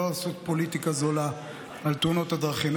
לעשות פוליטיקה זולה על תאונות הדרכים.